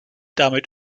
damit